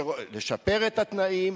לשפר את תנאי התקנים.